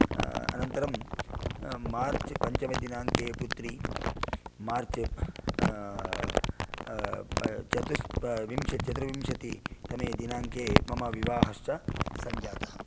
अनन्तरं मार्च् पञ्चमे दिनाङ्के पुत्री मार्च् चतुश्श विंशति चतुर्विंशतिः तमे दिनाङ्के मम विवाहश्च संजातः